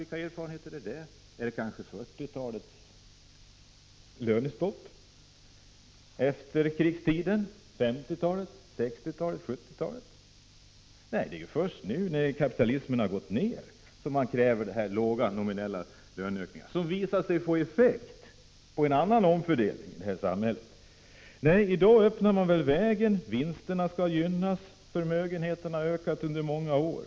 Är det kanske 1940-talets lönestopp? Eller härrör de från efterkrigstiden, 40-talet, 50-talet, 60-talet, eller från 70-talet? Nej, det är först nu, när kapitalismen har gått tillbaka, som man kräver dessa låga nominella löneökningar. Men dessa visar sig få effekt i form av en annan omfördelning i samhället. I dag öppnar man vägen, vinsterna skall höjas. Förmögenheten har ökat under många år.